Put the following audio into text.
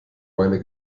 meine